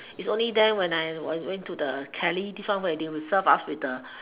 is only then when I went to the kelly this one where they would serve us with the